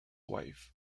wife